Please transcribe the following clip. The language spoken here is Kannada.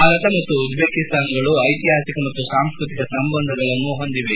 ಭಾರತ ಮತ್ತು ಉಜ್ಜೇಕಿಸ್ತಾನಗಳು ಐತಿಹಾಸಿಕ ಮತ್ತು ಸಾಂಸ್ಟತಿಕ ಸಂಬಂಧಗಳನ್ನು ಹೊಂದಿವೆ